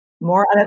more